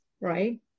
Right